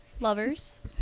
lovers